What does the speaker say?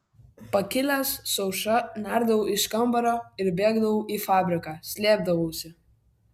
pakilęs su aušra nerdavau iš kambario ir bėgdavau į fabriką slėpdavausi